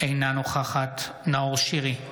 אינה נוכחת נאור שירי,